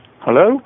Hello